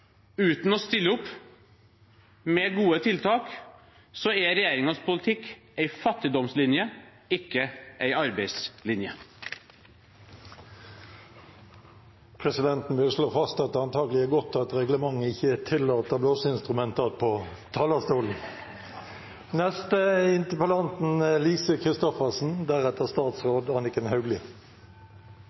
uten å stille opp med gode tiltak er regjeringens politikk en fattigdomslinje, ikke en arbeidslinje. Presidenten vil slå fast at det antagelig er godt at reglementet ikke tillater blåseinstrumenter på talerstolen.